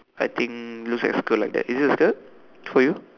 I think looks like skirt like that is it a skirt for you